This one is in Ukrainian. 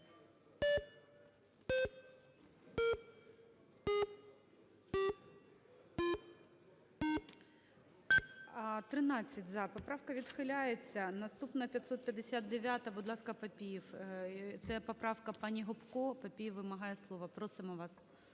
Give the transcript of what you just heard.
За-13 Поправка відхиляється. Наступна - 559-а. Будь ласка, Папієв. Це поправка пані Гопко. Папієв вимагає слово. Просимо вас.